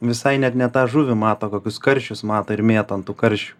visai net ne tą žuvį mato kokius karšius mato ir mėto an tų karšių